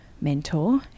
mentor